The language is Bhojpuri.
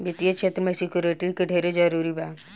वित्तीय क्षेत्र में सिक्योरिटी के ढेरे जरूरी बा